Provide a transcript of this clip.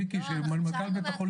מיקי מנכ"ל בית החולים.